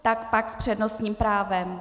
Tak pak s přednostním právem.